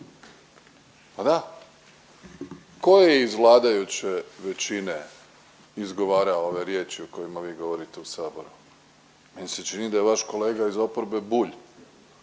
Pa da. Tko je iz vladajuće većine izgovarao ove riječi o kojima vi govorite u Saboru? Meni se čini da je vaš kolega iz oporbe Bulj